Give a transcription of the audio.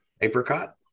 Apricot